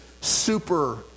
super